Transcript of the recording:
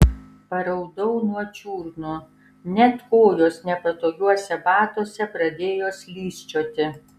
paraudau nuo čiurnų net kojos nepatogiuose batuose pradėjo slysčioti